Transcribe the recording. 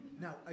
Now